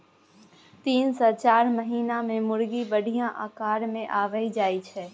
तीन सँ चारि महीना मे मुरगी बढ़िया आकार मे आबि जाइ छै